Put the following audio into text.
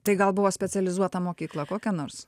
tai gal buvo specializuota mokykla kokia nors